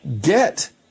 get